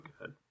good